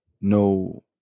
no